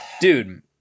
Dude